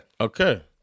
Okay